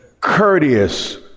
courteous